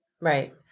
Right